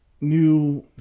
new